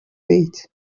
wait